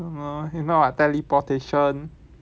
I don't know if not what teleportation